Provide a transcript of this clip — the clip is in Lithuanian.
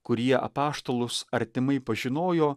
kurie apaštalus artimai pažinojo